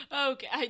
okay